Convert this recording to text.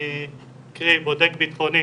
קרי בודק בטחוני